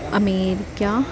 America